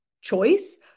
choice